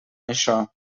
això